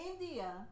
India